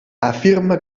afirma